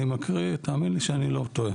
אני מקריא, תאמין לי שאני לא טועה.